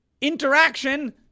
interaction